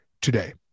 today